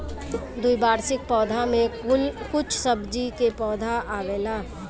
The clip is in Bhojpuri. द्विवार्षिक पौधा में कुछ सब्जी के पौधा आवेला